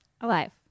Alive